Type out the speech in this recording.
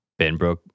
Benbrook